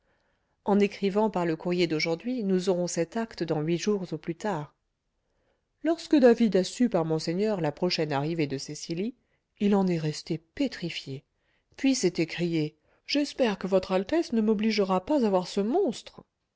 en écrivant par le courrier d'aujourd'hui nous aurons cet acte dans huit jours au plus tard lorsque david a su par monseigneur la prochaine arrivée de cecily il en est resté pétrifié puis s'est écrié j'espère que votre altesse ne m'obligera pas à voir ce monstre